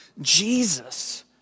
Jesus